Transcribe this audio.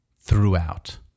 throughout